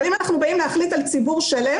אבל אם אנחנו באים להחליט על ציבור שלם